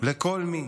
לכל מי